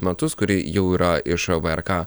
metus kuri jau yra iš vrk